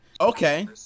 Okay